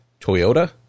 Toyota